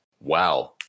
Wow